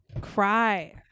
Cry